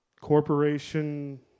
corporation